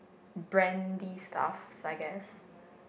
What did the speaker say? brandy stuffs I guess